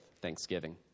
Thanksgiving